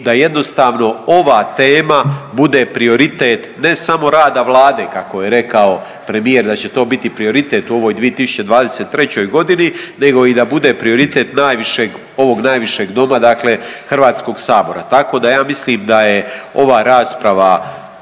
da jednostavno ova tema bude prioritet, ne samo rada Vlade, kako je rekao premijer da će to biti prioritet u ovoj 2023. g. nego i da bude prioritet najvišeg, ovog najvišeg doma, dakle Hrvatskog sabora. Tako da ja mislim da je ova rasprava